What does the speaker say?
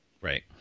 Right